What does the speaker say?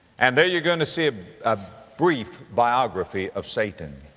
and there you're going to see a, a brief biography of satan.